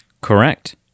Correct